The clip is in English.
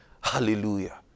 Hallelujah